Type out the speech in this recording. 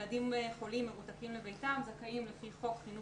ילדים חולים מרותקים לביתם זכאים לפי חוק חינוך